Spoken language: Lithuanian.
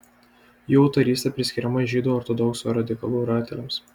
jų autorystė priskiriama žydų ortodoksų radikalų rateliams